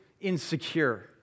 insecure